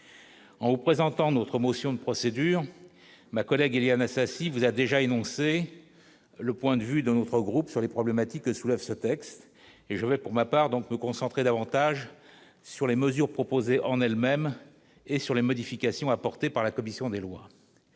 en présentant notre motion de procédure ma collègue, il y a là ça si vous a déjà énoncé le point de vue de notre groupe sur les problématiques que soulève ce texte et je vais pour ma part donc me concentrer davantage sur les mesures proposées en elle-même et sur les modifications apportées par la commission des lois,